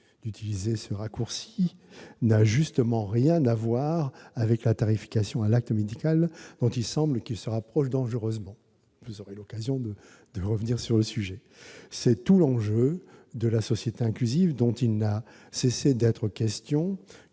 d'utiliser ce raccourci -n'a justement rien à voir avec la tarification à l'acte médical, dont il semble pourtant qu'elle se rapproche dangereusement. C'est tout à fait inexact ! Vous aurez l'occasion de revenir sur le sujet ! C'est tout l'enjeu de la société inclusive, dont il n'a cessé d'être question,